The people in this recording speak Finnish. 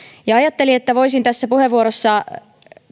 ajattelin että voisin tässä puheenvuorossa